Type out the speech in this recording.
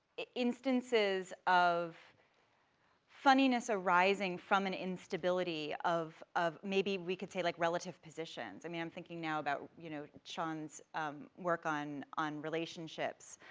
instances of funniness arriving from an instability of, of maybe we could say, like relative positions, i mean, i'm thinking now about, you know, sean's work on on relationships.